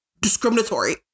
discriminatory